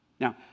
Now